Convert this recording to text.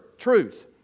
truth